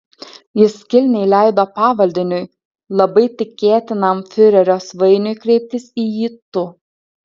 jis kilniai leido pavaldiniui labai tikėtinam fiurerio svainiui kreiptis į jį tu